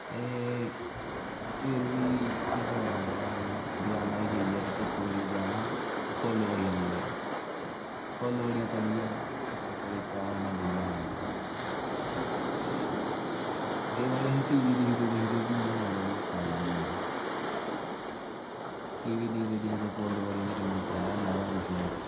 ते फिर बी केह् करना चाहिदा कि इ'यां दकानां जाइयै ते चुप करियै जाना ते फुल्ल बड़ियां लेई आनियां फुल्ल बड़ियां तलियै ते चुप करियै चाह् कन्नै खाई लैनियां केईं बारी अस टी वी दिखदे दिखदे बी इ'यां मतलब कि खाई लैन्ने होन्ने आं टी वी दिखदे दिखदे फुल्ल बड़ियां ते कन्नै चाह् मजा कुछ होर ऐ